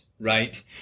right